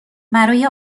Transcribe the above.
برای